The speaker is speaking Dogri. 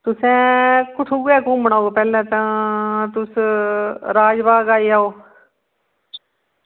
तुसें कठुआ घुम्मना होग पैह्लें तां तुस राजबाग आई जाओ